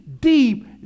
deep